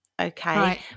okay